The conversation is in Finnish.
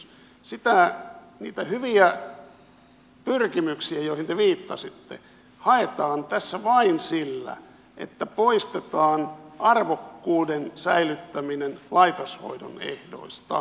niitä hyviä pyrkimyksiä joihin te viittasitte haetaan tässä vain sillä että poistetaan arvokkuuden säilyttäminen laitoshoidon ehdoista